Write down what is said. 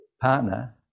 partner